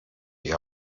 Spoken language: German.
die